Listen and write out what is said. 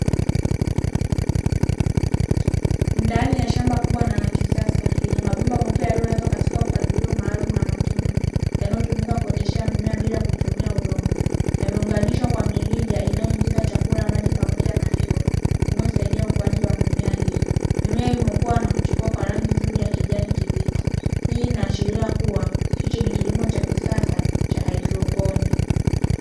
Ndani ya shamba kubwa na la kisasa lenye mabomba mapya yaliyolazwa katika mpangilio maalumu, na matundu yanayotumika kuoteshea mimea bila kutumia udongo. Yameunganishwa kwa mirija inayoingiza chakula, maji, pamoja na hewa, unaosaidia ukuaji wa mimea hiyo. Mimea imekuwa na kuchipua kwa rangi nzuri ya kijani kibichi; hii inaashiria kuwa hicho ni kilimo cha kisasa cha haidroponi.